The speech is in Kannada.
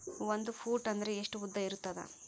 ಒಂದು ಫೂಟ್ ಅಂದ್ರೆ ಎಷ್ಟು ಉದ್ದ ಇರುತ್ತದ?